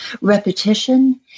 repetition